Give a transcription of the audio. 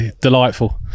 Delightful